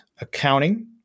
accounting